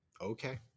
okay